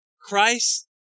Christ